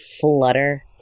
flutter